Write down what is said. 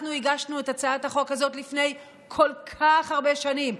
אנחנו הגשנו את הצעת החוק הזאת לפני כל כך הרבה שנים.